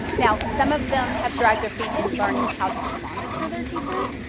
now some of them have dragged their feet in learning how to monitor their teachers.